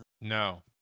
No